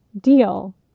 Deal